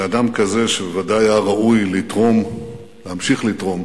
שאדם כזה, שבוודאי היה ראוי להמשיך לתרום